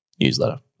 Newsletter